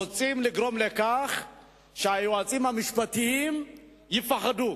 רוצים לגרום לכך שהיועצים המשפטיים יפחדו.